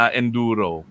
enduro